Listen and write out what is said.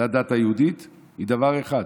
לדת היהודית הוא דבר אחד: